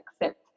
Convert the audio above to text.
accept